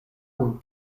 kun